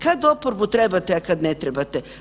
Kad oporbu trebate, a kad ne trebate?